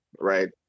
right